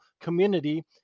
community